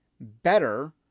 Better